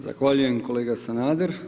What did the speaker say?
Zahvaljujem kolega Sanader.